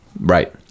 Right